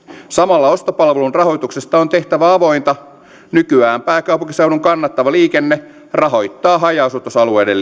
samalla ostopalvelun rahoituksesta on tehtävä avointa nykyään pääkaupunkiseudun kannattava liikenne rahoittaa haja asutusalueiden